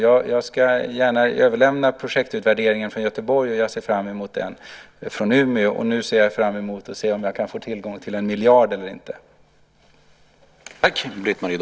Jag ska gärna överlämna projektutvärderingen från Göteborg, och jag ser fram emot utvärderingen från Umeå. Jag ser nu också fram emot om jag kan få tillgång till en miljard.